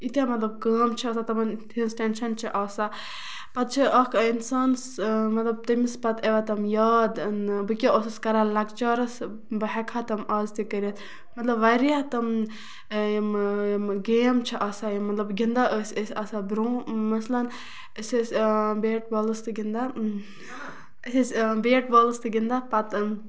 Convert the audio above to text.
ییٖتیاہ مطلب کٲم چھِ آسان تِمن مطلب تیٖژھ ٹینشَن چھِ آسان پَتہٕ چھُ اکھ اِنسانس مطلب تٔمِس پَتہٕ یِوان تِم یاد بہٕ کیاہ اوسُس کران لۄکچارَس بہٕ ہٮ۪کہٕ ہا تِم آز تہِ کٔرِتھ مطلب واریاہ تِم یِم یِمہٕ گیم چھِ آسان مطلب گِندان ٲسۍ أسۍ آسان برونہہ مثلاً أسۍ ٲسۍ بیٹ بالَس تہِ گِندان أسۍ ٲسۍ بیٹ بالَس تہِ گِندان پَتہٕ